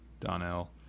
Donnell